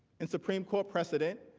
in supreme court precedents,